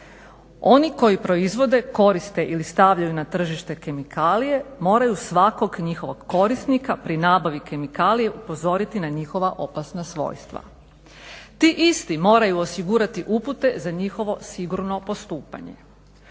Oni koji proizvode koriste ili stavljaju na tržište kemikalije moraju svakog njihovog korisnika pri nabavi kemikalije upozoriti na njihova opasna svojstva. Ti isti moraju osigurati upute za njihovo sigurno postupanje.